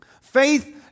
Faith